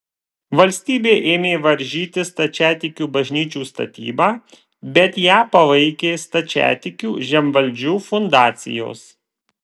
valstybė ėmė varžyti stačiatikių bažnyčių statybą bet ją palaikė stačiatikių žemvaldžių fundacijos